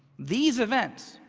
these events,